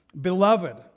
Beloved